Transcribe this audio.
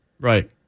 Right